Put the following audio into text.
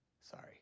Sorry